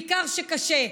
בעיקר כשקשה.